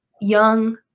young